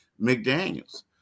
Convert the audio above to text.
McDaniels